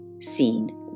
Scene